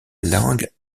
langue